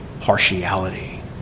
partiality